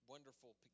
wonderful